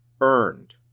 earned